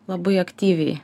labai aktyviai